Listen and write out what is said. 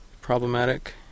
Problematic